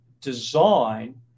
design